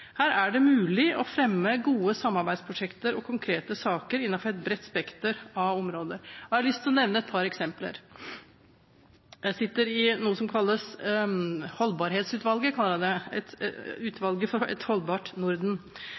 Her er det mulig å fremme gode samarbeidsprosjekter og konkrete saker innenfor et bredt spekter av områder. Jeg har lyst til å nevne et par eksempler: Jeg sitter i noe som kalles holdbarhetsutvalget, et utvalg for et holdbart Norden.